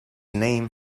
name